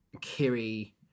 Kiri